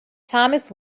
thomas